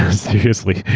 seriously.